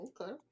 Okay